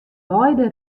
beide